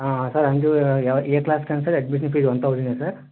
sir అంటే ఏ class కి అయినా సరే అడ్మిషన్ ఫీజు వన్ థౌసండ్ ఏ సార్